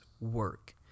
work